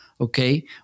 okay